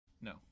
No